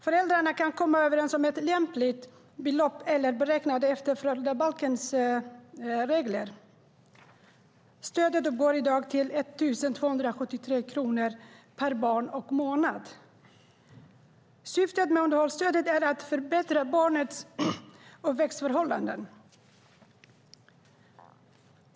Föräldrarna kan komma överens om ett lämpligt belopp eller beräkna det efter föräldrabalkens regler. Stödet uppgår i dag till 1 273 kronor per barn och månad. Syftet med underhållsstödet är att förbättra barnets uppväxtförhållanden.